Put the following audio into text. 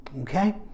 Okay